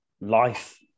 life